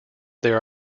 there